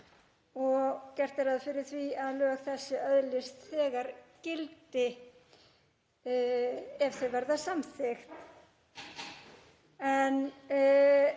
Gert er ráð fyrir því að lög þessi öðlist þegar gildi ef þau verða samþykkt.